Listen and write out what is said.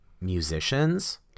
musicians